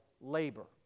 labor